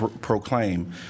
proclaim